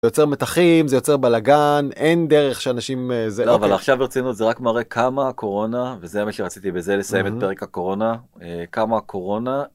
זה יוצר מתחים, זה יוצר בלאגן, אין דרך שאנשים, אבל עכשיו ברצינות, זה רק מראה כמה הקורונה, וזה מה שרציתי בזה לסיים את פרק הקורונה, כמה הקורונה.